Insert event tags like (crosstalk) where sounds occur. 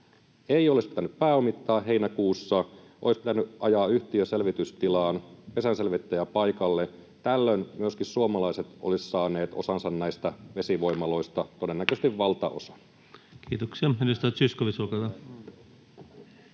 Ei olisi pitänyt pääomittaa heinäkuussa, olisi pitänyt ajaa yhtiö selvitystilaan, pesänselvittäjä paikalle. Tällöin myöskin suomalaiset olisivat saaneet osansa näistä vesivoimaloista, todennäköisesti (noise) valtaosan. Kiitoksia. — Edustaja Zyskowicz, olkaa